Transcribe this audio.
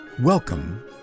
Welcome